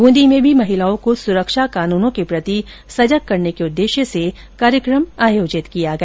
ब्रंदी में भी महिलाओं को सुरक्षा कानूनों के प्रति सजग करने के उददेश्य से कार्यकम आयोजित किया गया